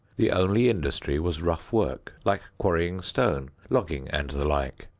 the only industry was rough work like quarrying stone, logging and the like.